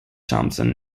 thompson